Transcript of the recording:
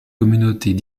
communautés